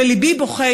המציאות,